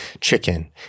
chicken